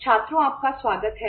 छात्रों आपका स्वागत है